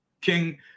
King